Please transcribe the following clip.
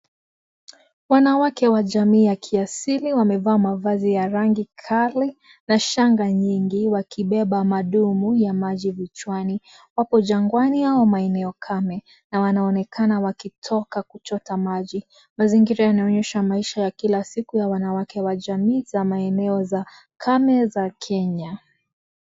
Wanawake wa jamii ya kiasili wamevaa mavazi ya rangi kale na shanga nyingi wakibeba madumu ya maji vichwani. Wako jangwani au eneo kame na wanaonekana wakitoka kuchota maji. Mazingira yanaonyesha maisha ya kila siku ya wanawake wa jamii za maeneo za kame za Kenya.